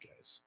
guys